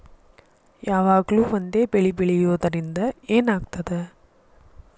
ಯಾವಾಗ್ಲೂ ಒಂದೇ ಬೆಳಿ ಬೆಳೆಯುವುದರಿಂದ ಏನ್ ಆಗ್ತದ?